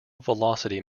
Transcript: velocity